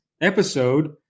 episode